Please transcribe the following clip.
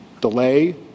delay